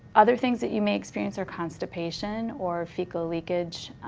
other things that you may experience are constipation or fecal leakage.